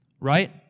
right